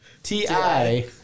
T-I